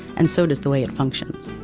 and so does the way it functions.